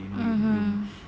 mm mm